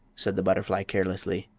said the butterfly, carelessly.